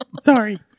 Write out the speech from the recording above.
Sorry